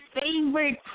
favorite